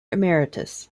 emeritus